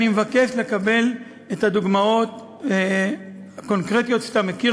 אני מבקש לקבל את הדוגמאות הקונקרטיות שאתה מכיר,